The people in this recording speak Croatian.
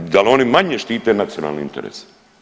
Da li oni manje štite nacionalne interese?